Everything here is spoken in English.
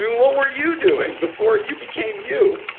what were you doing before you became you?